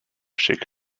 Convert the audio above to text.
shake